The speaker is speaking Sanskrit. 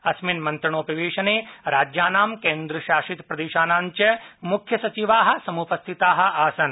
अस्मिन् मंत्रणोपवेशने राज्याना केन्द्रशासितप्रदेशानाञ्च मुख्यसचिवाः समुपस्थिताः आसन्